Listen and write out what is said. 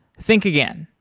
think again.